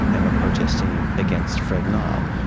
and were protesting against fred nile.